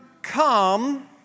Come